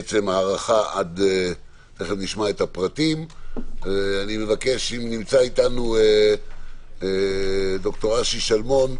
3). נמצא איתנו ד"ר אשי שלמון,